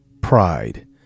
pride